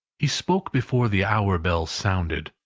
he spoke before the hour bell sounded,